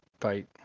fight